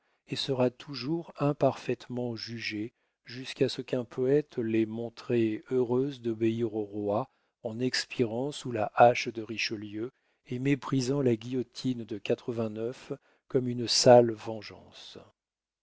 et sera toujours imparfaitement jugée jusqu'à ce qu'un poète l'ait montrée heureuse d'obéir au roi en expirant sous la hache de richelieu et méprisant la guillotine de comme une sale vengeance